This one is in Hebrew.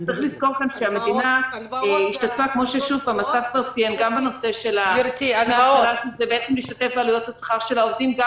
צריך לזכור שהמדינה השתתפה גם בנושא עלויות השכר של העובדים וגם